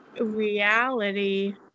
reality